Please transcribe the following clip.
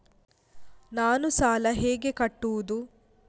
ನಾನು ಸಾಲ ಹೇಗೆ ಕಟ್ಟುವುದು?